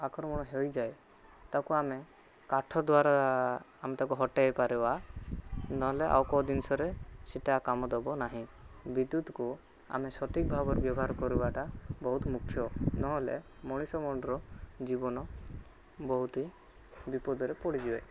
ଆକ୍ରମଣ ହୋଇଯାଏ ତାକୁ ଆମେ କାଠ ଦ୍ଵାରା ଆମେ ତାକୁ ହଟାଇ ପାରିବା ନହେଲେ ଆଉ କେଉଁ ଜିନିଷରେ ସେଇଟା କାମ ଦେବ ନାହିଁ ବିଦ୍ୟୁତ୍କୁ ଆମେ ସଠିକ୍ ଭାବରେ ବ୍ୟବହାର କରିବାଟା ବହୁତ ମୁଖ୍ୟ ନହେଲେ ମଣିଷ ଜୀବନ ବହୁତ ହିଁ ବିପଦରେ ପଡ଼ିଯିବେ